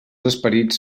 esperits